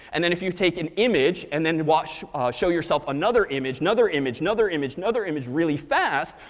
and then if you take an image and then wash show yourself another image, another image, another image, another image, really fast,